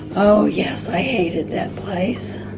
oh yes, i hated that place,